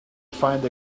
find